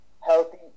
healthy